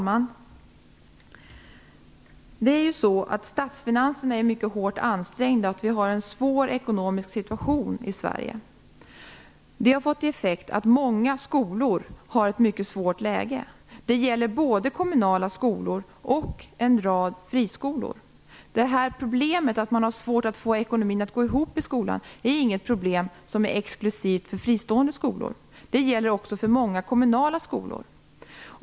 Herr talman! Statsfinanserna är mycket hårt ansträngda, och vi har en svår ekonomisk situation i Sverige. Det har fått till effekt att många skolor har ett mycket svårt läge. Det gäller både kommunala skolor och en rad friskolor. Problemet att ha svårt att få ekonomin att gå ihop i skolan är inget problem som är exklusivt för fristående skolor. Det gäller också för många kommunala skolor.